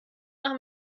nach